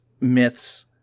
myths